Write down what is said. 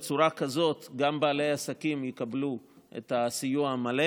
בצורה כזאת גם בעלי העסקים יקבלו את הסיוע המלא